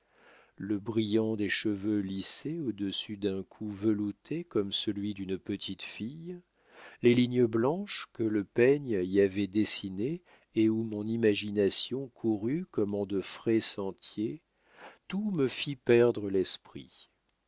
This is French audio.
le brillant des cheveux lissés au-dessus d'un cou velouté comme celui d'une petite fille les lignes blanches que le peigne y avait dessinées et où mon imagination courut comme en de frais sentiers tout me fit perdre l'esprit